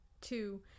two